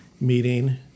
meeting